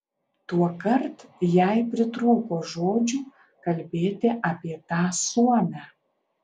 tuokart jai pritrūko žodžių kalbėti apie tą suomę